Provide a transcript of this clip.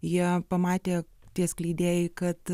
jie pamatė tie skleidėjai kad